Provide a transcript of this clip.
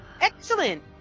Excellent